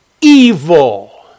evil